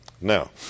Now